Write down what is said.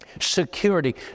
security